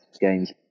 games